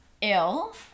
ill